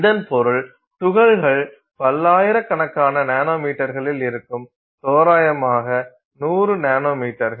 இதன் பொருள் துகள்கள் பல்லாயிரக்கணக்கான நானோமீட்டர்களில் இருக்கும் தோராயமாக 100 நானோமீட்டர்கள்